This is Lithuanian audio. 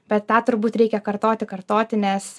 bet tą turbūt reikia kartoti kartoti nes